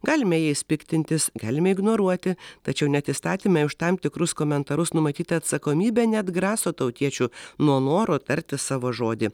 galime jais piktintis galime ignoruoti tačiau net įstatyme už tam tikrus komentarus numatyta atsakomybė neatgraso tautiečių nuo noro tarti savo žodį